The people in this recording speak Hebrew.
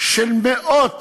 של מאות